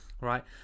right